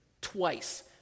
twice